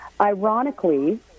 Ironically